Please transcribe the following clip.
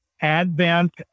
Advent